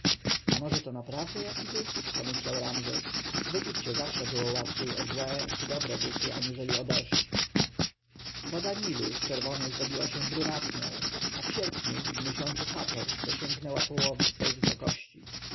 może to naprawdę jaki duch pomyślał ramzes w egipcie zawsze było łatwiej o złe czy dobre duchy aniżeli o deszcz woda nilu z czerwonej zrobiła się brunatną a w sierpniu w miesiącu hator dosięgnęła połowy swej wysokości